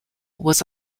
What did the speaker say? was